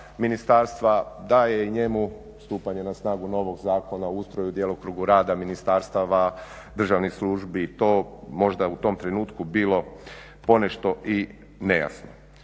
ministarstva, da je i njemu stupanje na snagu novog Zakona o ustroju i djelokrugu rada ministarstava, državnih službi to možda u tom trenutku bilo ponešto i nejasno.